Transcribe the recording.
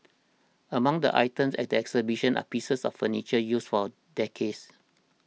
among the items at the exhibition are pieces of furniture used for decades